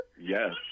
Yes